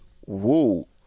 whoa